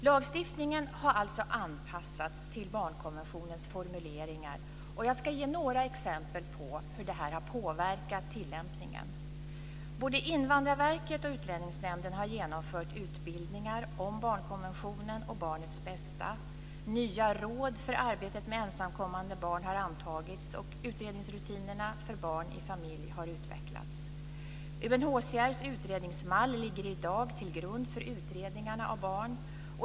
Lagstiftningen har alltså anpassats till barnkonventionens formuleringar, och jag ska ge några exempel på hur detta har påverkat tillämpningen. Både Invandrarverket och Utlänningsnämnden har genomfört utbildningar om barnkonventionen och barnets bästa. Nya råd för arbetet med ensamkommande barn har antagits, och utredningsrutinerna för barn i familj har utvecklats. UNHCR:s utredningsmall ligger i dag till grund för utredningarna av barn.